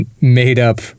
made-up